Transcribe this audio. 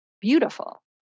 beautiful